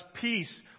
peace